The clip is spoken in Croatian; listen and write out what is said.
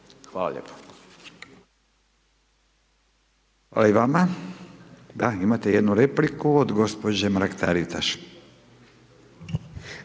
(Nezavisni)** Hvala i vama. Da, imate jednu repliku od gospođe Mrak Taritaš.